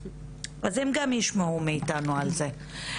אז הם גם ישמעו מאיתנו על זה.